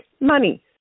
money